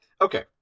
Okay